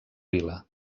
vila